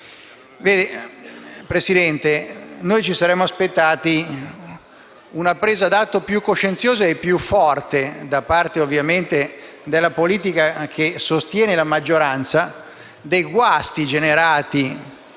Signor Presidente, noi ci saremmo aspettati una presa d'atto più coscienziosa e più forte, ovviamente da parte della politica che sostiene la maggioranza, dei guasti generati